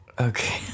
Okay